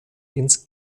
ins